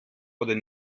oder